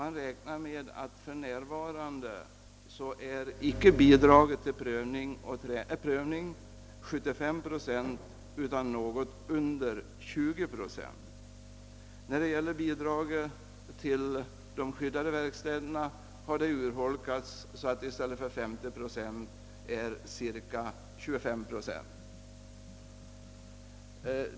Man räknar med att bidragen till prövningsinstitut för närvarande icke är 75 procent utan något under 20 procent. Bidraget till de skyddade verkstäderna har urholkats så att det i stället för 50 är cirka 25 procent.